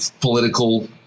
political